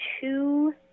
two